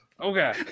Okay